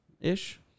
ish